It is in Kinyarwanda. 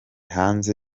hanze